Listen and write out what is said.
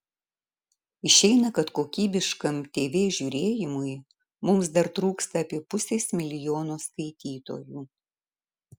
išeina kad kokybiškam tv žiūrėjimui mums dar trūksta apie pusės milijono skaitytojų